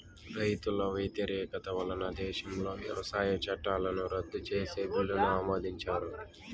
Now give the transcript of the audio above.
రైతుల వ్యతిరేకత వలన దేశంలో వ్యవసాయ చట్టాలను రద్దు చేసే బిల్లును ఆమోదించారు